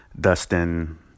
Dustin